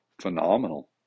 phenomenal